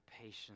patience